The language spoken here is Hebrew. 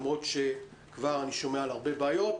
למרות שכבר אני שומע על הרבה בעיות.